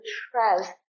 trust